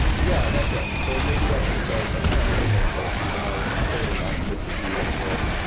yeah, that's right. so maybe that's a counter example to my fairly optimistic view in the world.